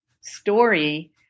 story